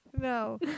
No